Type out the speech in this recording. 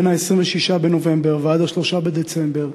בין 26 בנובמבר ועד 3 בדצמבר,